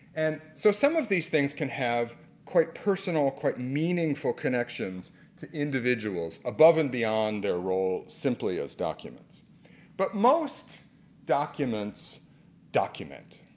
and so some of these things can have quite personal or quite meaningful connections to individuals above and beyond their roles simply as documents but most documents document.